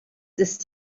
ist